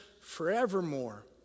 forevermore